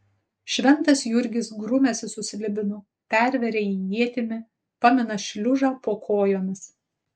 šventas jurgis grumiasi su slibinu perveria jį ietimi pamina šliužą po kojomis